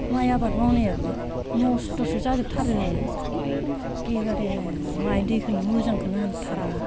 माइ आबाद मावनायाबो नस्थ'सो जाजोबथारो एखेबारे माइ दैखोनो मोजांखोनो मोनथारा